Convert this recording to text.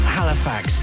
Halifax